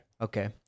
Okay